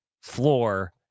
floor